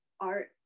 art